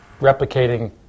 replicating